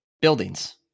buildings